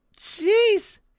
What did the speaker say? Jeez